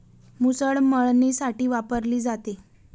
मुसळ मळणीसाठी वापरली जाते